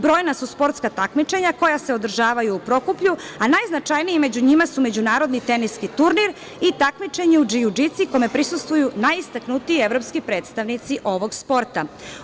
Brojna su sportska takmičenja koja se održavaju u Prokuplju, a najznačajniji među njima su međunarodni teniski turnir i takmičenje u džiu džici kome prisustvuju najistaknutiji evropski predstavnici ovog sporta.